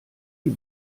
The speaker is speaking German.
die